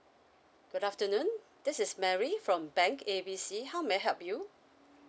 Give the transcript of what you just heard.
good afternoon this is mary from bank A B C how may I help you